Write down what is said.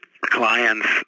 clients